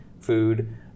food